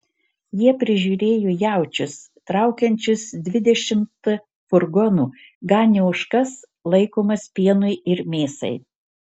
jie prižiūrėjo jaučius traukiančius dvidešimt furgonų ganė ožkas laikomas pienui ir mėsai